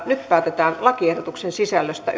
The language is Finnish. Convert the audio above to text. nyt päätetään lakiehdotuksen sisällöstä